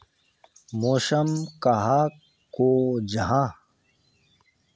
मौसम कहाक को जाहा?